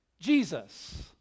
Jesus